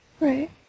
Right